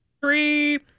three